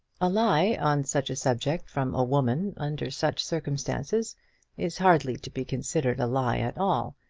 a lie on such a subject from a woman under such circumstances is hardly to be considered a lie at all.